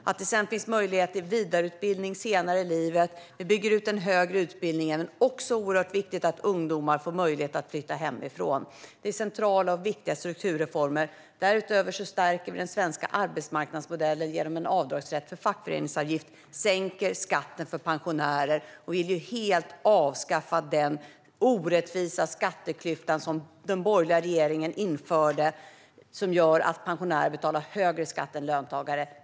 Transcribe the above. Vi ser till att det finns möjlighet till vidareutbildning senare i livet, och vi bygger ut den högre utbildningen. Det är också oerhört viktigt att ungdomar får möjlighet att flytta hemifrån. Det är centrala och viktiga strukturreformer. Därutöver stärker vi den svenska arbetsmarknadsmodellen genom en avdragsrätt för fackföreningsavgift. Vi sänker också skatten för pensionärer. Vi vill helt avskaffa den orättvisa skatteklyfta som den borgerliga regeringen införde och som gör att pensionärer betalar högre skatt än löntagare.